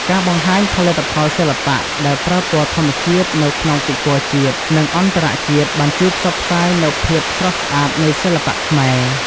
ការបង្ហាញផលិតផលសិល្បៈដែលប្រើពណ៌ធម្មជាតិនៅក្នុងពិព័រណ៍ជាតិ និងអន្តរជាតិបានជួយផ្សព្វផ្សាយនូវភាពស្រស់ស្អាតនៃសិល្បៈខ្មែរ។